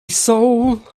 soul